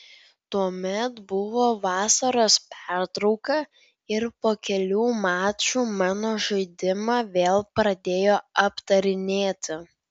tuomet buvo vasaros pertrauka ir po kelių mačų mano žaidimą vėl pradėjo aptarinėti